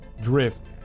drift